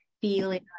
feeling